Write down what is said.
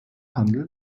handel